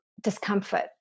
discomfort